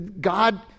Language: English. God